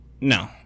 No